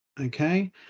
Okay